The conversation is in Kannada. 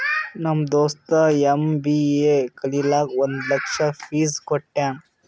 ನಮ್ ದೋಸ್ತ ಎಮ್.ಬಿ.ಎ ಕಲಿಲಾಕ್ ಒಂದ್ ಲಕ್ಷ ಫೀಸ್ ಕಟ್ಯಾನ್